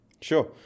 Sure